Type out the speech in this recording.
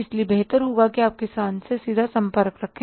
इसलिए बेहतर होगा कि आप किसान से सीधा संपर्क रखें